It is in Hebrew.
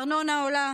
הארנונה עולה,